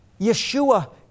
Yeshua